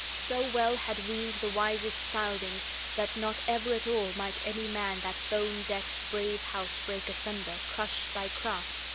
so well had weened the wisest scyldings that not ever at all might any man that bone-decked, brave house break asunder, crush by craft,